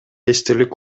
эстелик